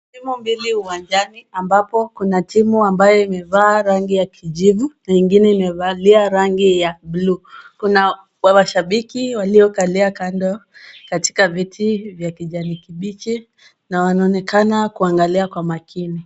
Timu mbili uwanjani ambapo kuna timu imevaa rangi ya kijivu, ingine imevalia rangi ya buluu. Kuna mashabiki waliokalia kando katika viti vya kijani kibichi na wanaonekana kuangalia kwa makini.